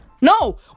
No